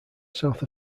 south